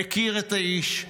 מכיר את האיש,